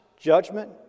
judgment